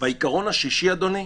והעיקרון השישי, אדוני,